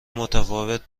متفاوت